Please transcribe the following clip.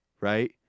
right